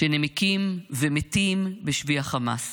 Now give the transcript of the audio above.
שנמקים ומתים בשבי חמאס.